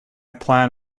plan